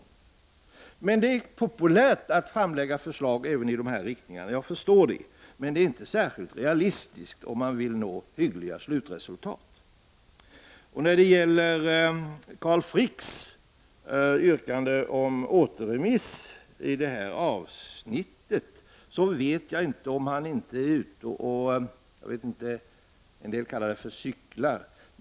Jag förstår att det är populärt att framlägga förslag som går även i de här riktningarna, men det är inte särskilt realistiskt om man vill nå hyggliga slutresultat. Carl Frick yrkade om återremiss i detta avsnitt. Jag vet inte om han är ute och, som en del kallar det, cyklar.